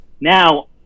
now